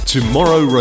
Tomorrow